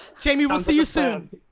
jamie we'll see you soon.